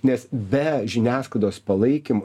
nes be žiniasklaidos palaikymo